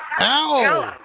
Ow